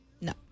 No